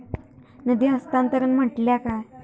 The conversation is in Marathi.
निधी हस्तांतरण म्हटल्या काय?